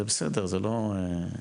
זה בסדר זה לא,